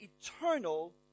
eternal